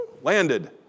landed